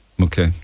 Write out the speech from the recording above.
Okay